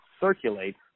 circulates